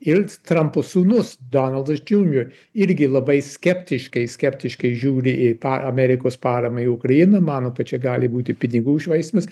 ir trampo sūnus donaldas junior irgi labai skeptiškai skeptiškai žiūri į pa amerikos paramą į ukrainą mano kad čia gali būti pinigų švaistymas